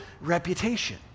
reputation